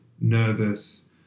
nervous